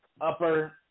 upper